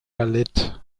ballett